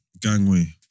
Gangway